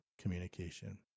communication